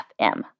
FM